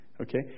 okay